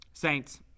Saints